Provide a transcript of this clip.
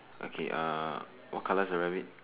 okay ah what colour is the rabbit